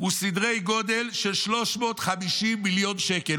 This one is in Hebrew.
הולכים לעלות הוא סדרי גודל של 350 מיליון שקל,